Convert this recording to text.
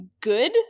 good